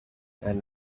and